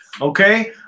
Okay